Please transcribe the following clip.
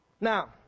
Now